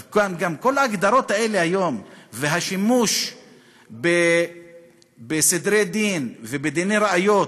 גם כל ההגדרות האלה היום והשימוש בסדרי דין ובדיני ראיות,